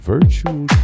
Virtual